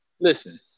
Listen